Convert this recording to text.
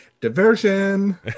diversion